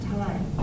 time